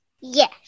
Yes